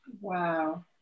Wow